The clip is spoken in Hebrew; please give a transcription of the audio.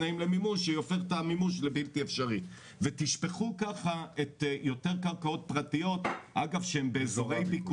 לעשות את כל התכנון שבתחומן בבת אחת,